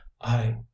I